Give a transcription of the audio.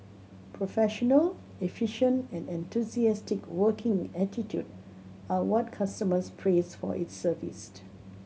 professional efficient and enthusiastic working attitude are what customers praise for its service